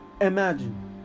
imagine